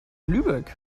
lübeck